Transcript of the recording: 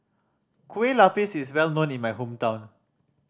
Kueh Lupis is well known in my hometown